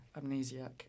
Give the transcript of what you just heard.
Amnesiac